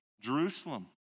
Jerusalem